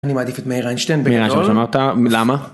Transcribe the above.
אני מעדיף את מאיר איינשטיין בגדול, למה?